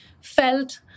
felt